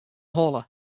holle